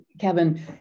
Kevin